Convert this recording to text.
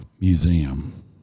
museum